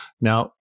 Now